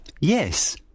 Yes